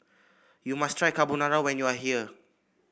you must try Carbonara when you are here